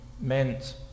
meant